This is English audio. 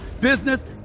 business